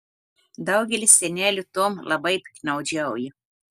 daugelis senelių tuom labai piktnaudžiauja